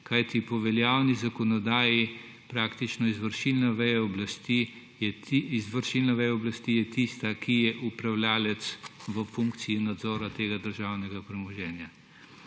oblasti. Po veljavnih zakonodaji je izvršilna veja oblasti tista, ki je upravljavec v funkciji nadzora tega državnega premoženja.